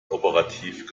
operativ